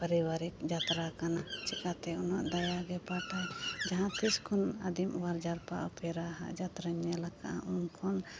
ᱯᱟᱨᱤᱵᱟᱨᱤᱠ ᱡᱟᱛᱨᱟ ᱠᱟᱱᱟ ᱪᱤᱠᱟᱹᱛᱮ ᱩᱱᱟᱹᱜ ᱫᱟᱭᱟᱜᱮ ᱯᱟᱴᱟᱭ ᱡᱟᱦᱟᱸ ᱛᱤᱥ ᱠᱷᱚᱱ ᱟᱰᱤᱢ ᱚᱣᱟᱨ ᱡᱟᱨᱯᱟ ᱚᱯᱮᱨᱟ ᱦᱟᱸᱜ ᱡᱟᱛᱨᱟᱧ ᱧᱮᱞ ᱟᱠᱟᱫᱼᱟ ᱩᱱᱠᱷᱚᱱ